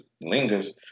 lingers